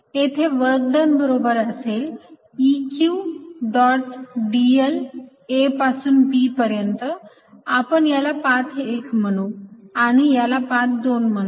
येथे work done बरोबर असेल Eq डॉट dl A पासून B पर्यंत आपण याला पाथ 1 म्हणू आणि याला पाथ 2 म्हणू